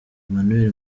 emmanuel